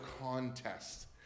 contest